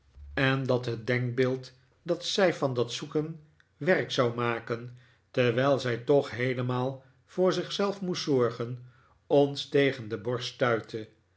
en dat het denkbeeld dat zij van dat zoeken werk zou maken terwijl zij toch heelemaal voor zichzelf moest zorgen ons tegen de borst